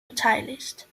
beteiligt